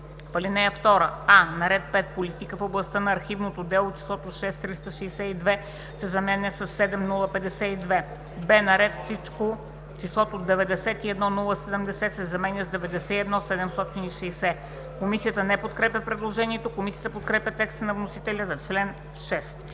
ал. 2: а) на ред 5 Политика в областта на архивното дело числото „6 362,0“ се заменя със „7 052,0“. б) на ред Всичко числото „91 070,0“ се заменя с „91 760,0“.“ Комисията не подкрепя предложението. Комисията подкрепя текста на вносителя за чл. 6.